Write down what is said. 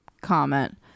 comment